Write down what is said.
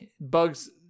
bugs